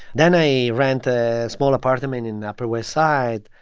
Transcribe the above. then i rent a small apartment in the upper west side.